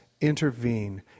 intervene